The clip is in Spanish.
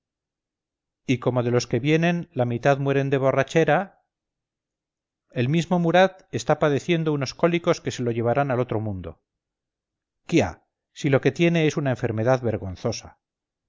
y como de los que vienen la mitad mueren de borrachera el mismo murat está padeciendo unos cólicos que se lo llevarán al otro mundo quia si lo que tiene es una enfermedad vergonzosa